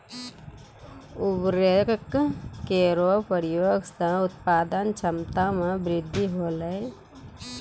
उर्वरक केरो प्रयोग सें उत्पादन क्षमता मे वृद्धि होलय